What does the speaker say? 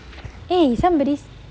eh somebody s~